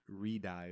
Redive